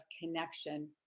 connection